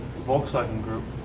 volkswagen group.